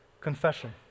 Confession